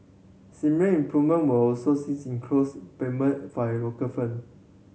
similar improvement were also sees in clothes payment local firm